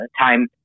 time